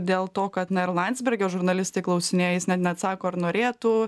dėl to kad na ir landsbergio žurnalistai klausinėja jis net neatsako ar norėtų